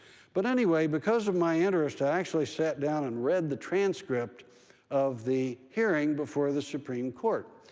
but anyway, because of my interest, i actually sat down and read the transcript of the hearing before the supreme court.